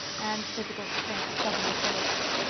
anne's physical strength suddenly failed her.